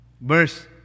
Verse